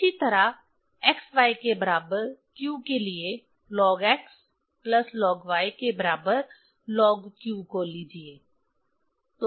इसी तरह x y के बराबर q के लिए log x plus log y के बराबर log q को लीजिए